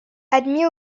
admis